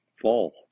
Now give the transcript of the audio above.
fall